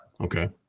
Okay